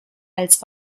als